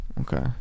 Okay